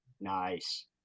nice